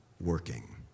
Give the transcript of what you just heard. working